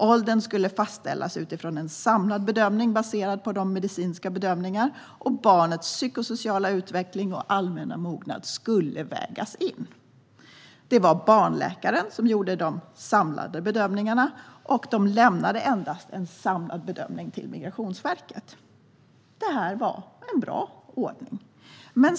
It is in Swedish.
Åldern skulle fastställas utifrån en samlad bedömning baserad på de medicinska bedömningarna och barnets psykosociala utveckling och allmänna mognad. Det var barnläkarna som gjorde de samlade bedömningarna, och de lämnade endast de samlade bedömningarna till Migrationsverket. Det var en bra ordning.